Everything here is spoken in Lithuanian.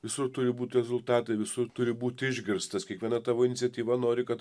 visur turi būt rezultatai visur turi būt išgirstas kiekviena tavo iniciatyva nori kad